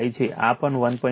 5 છે આ પણ 1